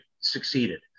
succeeded